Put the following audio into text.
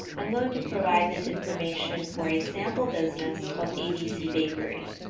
i'm going to provide this information for a sample business called abc bakery,